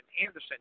anderson